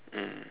mm